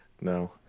no